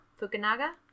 Fukunaga